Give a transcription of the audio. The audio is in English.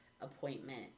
appointment